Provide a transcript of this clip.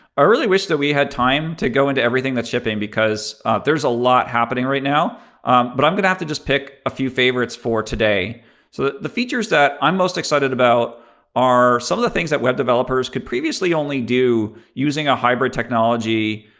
really wish that we had time to go into everything that's shipping, because there's a lot happening right now but i'm going to have to just pick a few favorites for today. so the features that i'm most excited about are some of the things that web developers could previously only do using a hybrid technology,